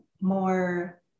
more